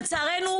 לצערנו,